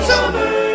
Summer